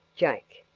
jake.